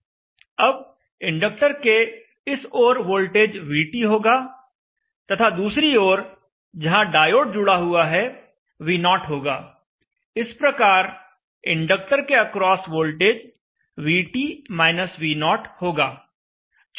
अब इंडक्टर के इस ओर वोल्टेज VT होगा तथा दूसरी ओर जहां डायोड जुड़ा हुआ है V0 होगा इस प्रकार इंडक्टर के अक्रॉस वोल्टेज VT - V0 होगा